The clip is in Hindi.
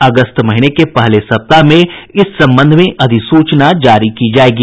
अगस्त महीने के पहले सप्ताह में इस संबंध में अधिसूचना जारी कर दी जायेगी